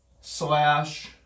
slash